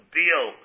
deal